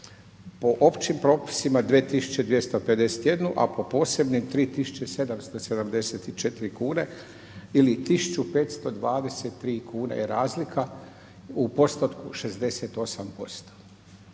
po općim propisima 2.251, a po posebnim 3.774 kuna ili 1.523 kune je razlika u postotku 68